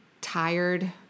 tired